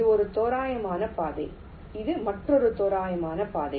இது ஒரு தோராயமான பாதை இது மற்றொரு தோராயமான பாதை